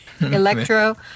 Electro